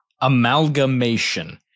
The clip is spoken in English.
Amalgamation